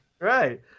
Right